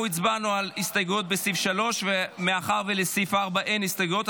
הצבענו על ההסתייגויות לסעיף 3. מאחר שלסעיף 4 אין הסתייגויות,